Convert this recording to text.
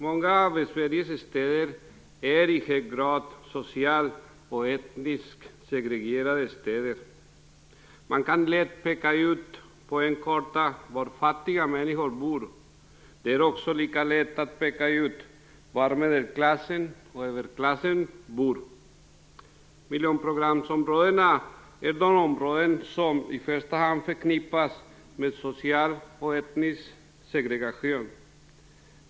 Många av Sveriges städer är i hög grad socialt och etniskt segregerade. Man kan lätt peka ut på en karta var fattiga människor bor. Det är också lätt att peka ut var medel och överklassen bor. Miljonprogramsområdena är de områden som i första hand förknippas med social och etnisk segregation.